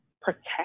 protect